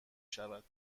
شود